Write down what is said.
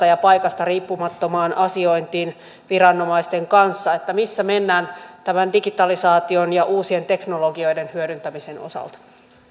ja paikasta riippumattomaan asiointiin viranomaisten kanssa missä mennään tämän digitalisaation ja uusien teknologioiden hyödyntämisen osalta